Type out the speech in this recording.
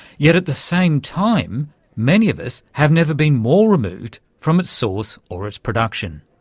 yet at the same time many of us have never been more removed from its source or its production.